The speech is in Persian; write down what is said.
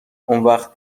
اونوقت